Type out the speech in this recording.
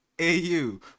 AU